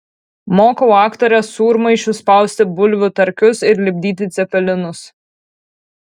mokau aktores sūrmaišiu spausti bulvių tarkius ir lipdyti cepelinus